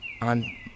on